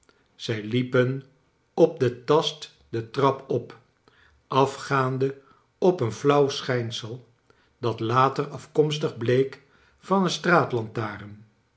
zij liepen op den tast de trap op afgaande op een flauw schijnsel dat later afkomstig bleek van een